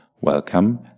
Welcome